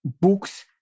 books